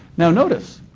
now notice,